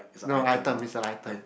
no item is a item